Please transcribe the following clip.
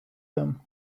him